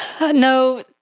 No